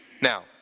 Now